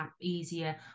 easier